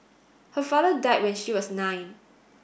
her father died when she was nine